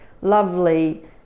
lovely